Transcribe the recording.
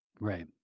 Right